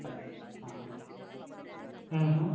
अच्छा हां हं हं